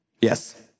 Yes